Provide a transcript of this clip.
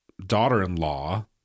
daughter-in-law